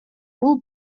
бул